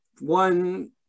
one